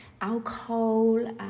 alcohol